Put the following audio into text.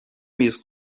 میز